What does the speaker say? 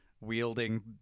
wielding